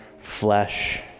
flesh